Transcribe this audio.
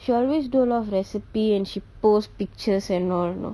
she always do a lot of recipe and she post pictures and all you know